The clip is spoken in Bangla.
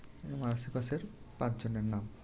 আমার আশেপাশের পাঁচজনের নাম